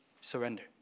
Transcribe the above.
surrender